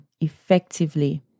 effectively